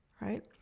right